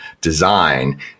design